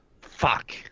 Fuck